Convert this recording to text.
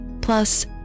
plus